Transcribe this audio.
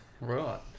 right